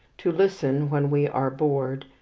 to listen when we are bored,